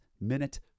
minute